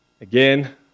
Again